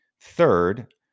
Third